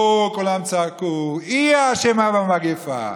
אוה, כולם צעקו, היא אשמה במגפה.